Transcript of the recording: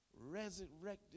resurrected